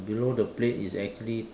below the plate is actually